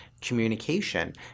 communication